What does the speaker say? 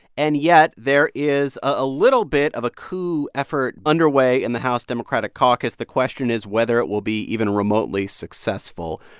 and yet there is a little bit of a coup effort underway in the house democratic caucus. the question is whether it will be even remotely successful.